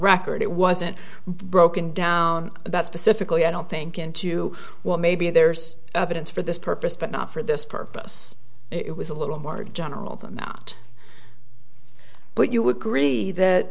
record it wasn't broken down that specifically i don't think in too well maybe there's evidence for this purpose but not for this purpose it was a little more general them out but you would agree that